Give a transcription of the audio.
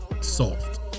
soft